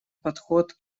подход